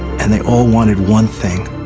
and they all wanted one thing.